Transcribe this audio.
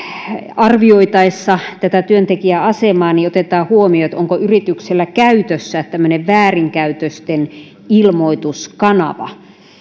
arvioitaessa työntekijän asemaa otetaan huomioon onko yrityksellä käytössä tämmöinen väärinkäytösten ilmoituskanava